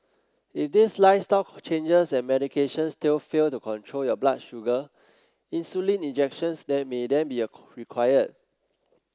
if these lifestyle changes and medication still fail to control your blood sugar insulin injections then may then be required